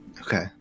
Okay